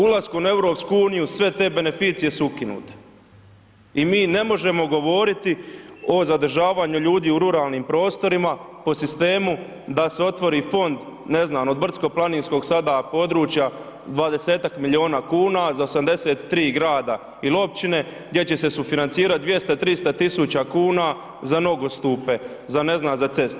Ulaskom u EU sve te beneficije su ukinute i mi ne možemo govoriti o zadržavanju ljudi u ruralnim prostorima po sistemu da se otvori fond ne znam od brdsko planinskog sada područja 20-ak milijuna kuna za 83 grada ili općine gdje će se sufinancirati 200, 300 tisuća kuna za nogostupe za ne znam za ceste.